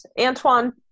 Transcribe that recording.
Antoine